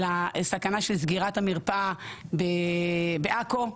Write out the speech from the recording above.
לסכנה של סגירת המרפאה של בריאות הנפש בעכו.